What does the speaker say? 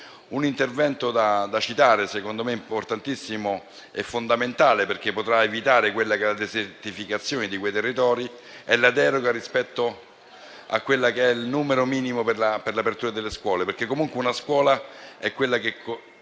Un intervento da citare, secondo me importantissimo e fondamentale perché potrà evitare la desertificazione di quei territori, è la deroga rispetto al numero minimo per l'apertura delle scuole. Attraverso la scuola si mantiene